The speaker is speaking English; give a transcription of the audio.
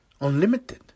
unlimited